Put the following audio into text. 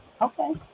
Okay